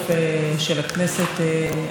זאת שנת בחירות, חברים, אפשר להפסיק להמר.